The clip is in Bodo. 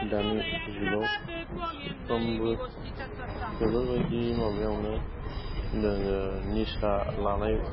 दानि जुगाव साफ्रोमबो बेफोरबायदि माबायावनो निसा लानाय